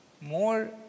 more